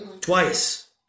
Twice